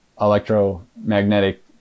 electromagnetic